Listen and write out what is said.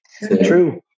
True